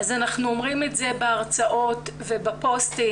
אנחנו אומרים את זה בהרצאות ובפוסטינג